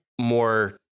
more